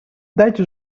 дайте